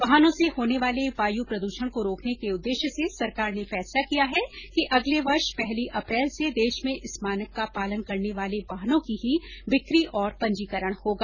वाहनों से होने वाले वायु प्रदूषण को रोकने के उद्देश्य से सरकार ने फैसला किया है कि अगले वर्ष पहली अप्रैल से देश में इस मानक का पालन करने वाले वाहनों की ही बिक्री और पंजीकरण होगा